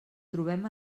trobem